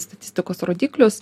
statistikos rodiklius